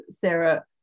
Sarah